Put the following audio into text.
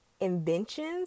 inventions